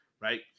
Right